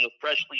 freshly